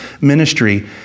ministry